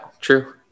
True